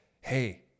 hey